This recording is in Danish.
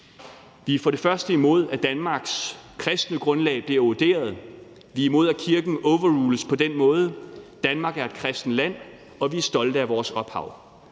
Vi er det for det første imod, at Danmarks kristne grundlag bliver eroderet. Vi er imod, at kirken overrules på den måde; Danmark er et kristent land, og vi er stolte af vores ophav.